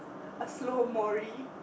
a slow Mory